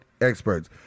experts